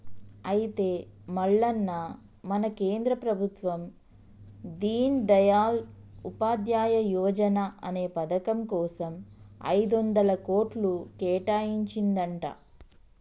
అయితే మల్లన్న మన కేంద్ర ప్రభుత్వం దీన్ దయాల్ ఉపాధ్యాయ యువజన అనే పథకం కోసం ఐదొందల కోట్లు కేటాయించిందంట